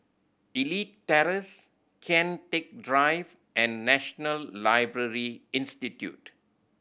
Elite Terrace Kian Teck Drive and National Library Institute